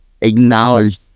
Acknowledge